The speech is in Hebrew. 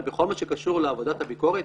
אבל בכל מה שקשור לעבודת הביקורת,